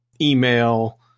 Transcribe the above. email